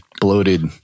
bloated